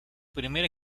primer